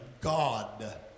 God